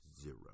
Zero